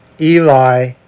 Eli